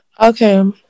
Okay